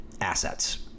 assets